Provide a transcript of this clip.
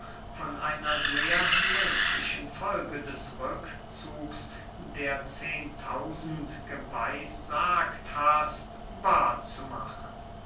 von einer sehr möglichen folge des rückzugs der zehentausend geweissagt hast wahr zu machen